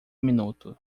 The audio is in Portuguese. minuto